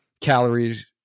calories